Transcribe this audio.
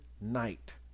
night